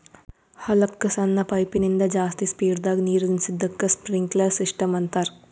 ಹೊಲಕ್ಕ್ ಸಣ್ಣ ಪೈಪಿನಿಂದ ಜಾಸ್ತಿ ಸ್ಪೀಡದಾಗ್ ನೀರುಣಿಸದಕ್ಕ್ ಸ್ಪ್ರಿನ್ಕ್ಲರ್ ಸಿಸ್ಟಮ್ ಅಂತಾರ್